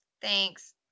Thanks